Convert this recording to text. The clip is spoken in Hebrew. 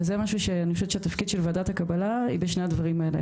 וזה משהו שאני חושבת שהתפקיד של ועדת הקבלה היא בשני הדברים האלה,